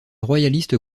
royalistes